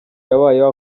yabayeho